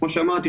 כמו שאמרתי,